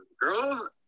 Girls